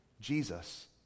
Jesus